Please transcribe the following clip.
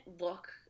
look